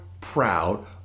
proud